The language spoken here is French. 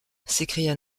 s’écria